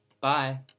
Bye